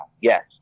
Yes